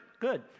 Good